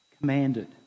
commanded